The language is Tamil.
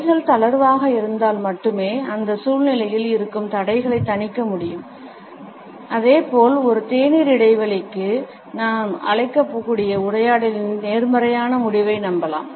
கைகள் தளர்வாக இருந்தால் மட்டுமே அந்த சூழ்நிலையில் இருக்கும் தடைகளைத் தணிக்க முடியும் அதே போல் ஒரு தேநீர் இடைவெளிக்கு நாம் அழைக்கக்கூடிய உரையாடலின் நேர்மறையான முடிவை நம்பலாம்